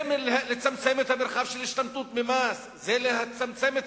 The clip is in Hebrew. זה לצמצם את המרחב של השתמטות ממס, זה לצמצם את